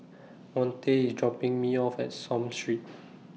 Monte IS dropping Me off At Somme Road